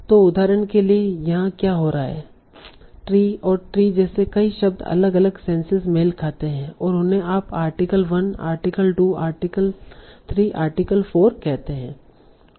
तो उदाहरण के लिए यहा क्या हो रहा है ट्री और ट्री जैसे शब्द कई अलग अलग सेंसेस मेल खाते हैं और उन्हें आप आर्टिकल 1 आर्टिकल 2 आर्टिकल 3 आर्टिकल 4 कहते हैं